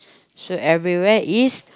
so everywhere is